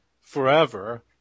forever